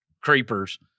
creepers